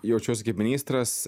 jaučiuosi kaip ministras